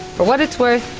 for what it's worth,